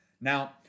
Now